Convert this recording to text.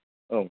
औ